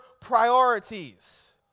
priorities